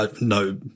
no